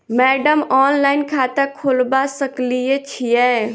Madam online खाता खोलबा सकलिये छीयै?